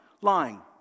lying